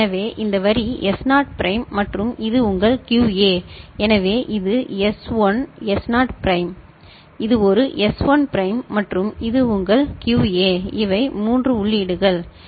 எனவே இந்த வரி எஸ் நாட் பிரைம் மற்றும் இது உங்கள் கியூஏ எனவே இது எஸ் 1 எஸ் நாட் பிரைம் இது ஒரு எஸ் 1 பிரைம் மற்றும் இது உங்கள் கியூஏ இவை 3 உள்ளீடுகள் சரி